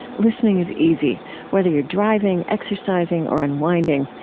listening is easy whether you're driving, exercising, or unwinding.